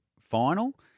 final